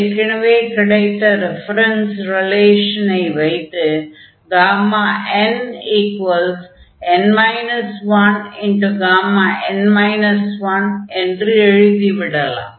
ஏற்கனவே கிடைத்த ரெஃபரென்ஸ் ரிலேஷனை வைத்து nΓ என்று எழுதி விடலாம்